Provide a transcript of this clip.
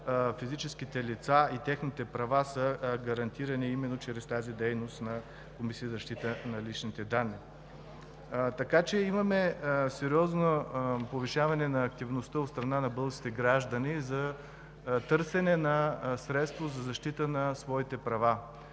Физическите лица и техните права са гарантирани именно чрез тази дейност на Комисията за защита на личните данни. Имаме сериозно повишаване на активността от страна на българските граждани в търсене на средства за защита на своите права.